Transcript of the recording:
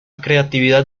creatividad